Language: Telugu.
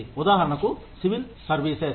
ఉదాహరణకు సివిల్ సర్వీసెస్